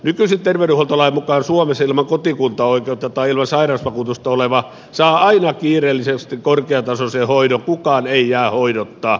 nykyisen terveydenhuoltolain mukaan suomessa ilman kotikuntaoikeutta tai ilman sairausvakuutusta oleva saa aina kiireellisesti korkeatasoisen hoidon kukaan ei jää hoidotta